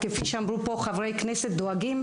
כפי שאמרו פה חברי כנסת דואגים,